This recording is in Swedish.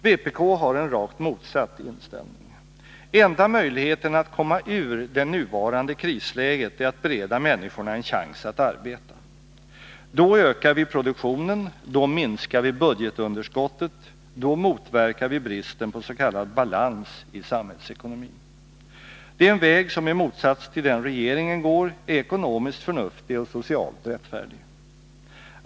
Vpk har en rakt motsatt inställning. Enda möjligheten att komma ur det nuvarande krisläget är att bereda människorna en chans att arbeta. Då ökar vi produktionen, då minskar vi budgetunderskottet, då motverkar vi bristen på s.k. balans i samhällsekonomin. Det är en väg som i motsats till den regeringen går är ekonomiskt förnuftig och socialt rättfärdig.